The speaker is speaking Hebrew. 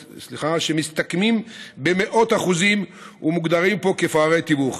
שמסתכמים במאות אחוזים ומוגדרים פה כפערי תיווך.